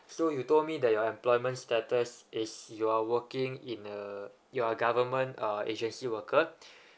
so you told me that your employment status is you are working in a you are government uh agency worker